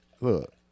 Look